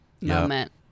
moment